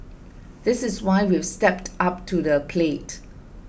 this is why we've stepped up to the plate